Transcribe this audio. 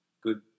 good